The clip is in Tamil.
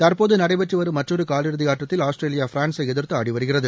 தற்போது நடைபெற்று வரும் மற்றொரு காவிறுதி ஆட்டத்தில் ஆஸ்திரேலியா பிரான்சை எதிர்த்து ஆடி வருகிறது